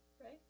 right